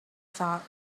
thought